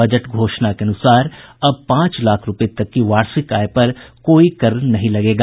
budget घोषणा के अनुसार अब पांच लाख रूपये तक की वार्षिक आय पर कोई कर नहीं लगेगा